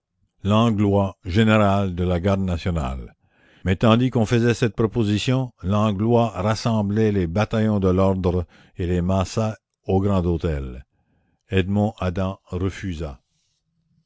langlois général de la garde nationale mais tandis qu'on faisait cette proposition langlois rassemblait les bataillons de l'ordre et les massait au grand hôtel edmond adam refusa